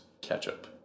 ketchup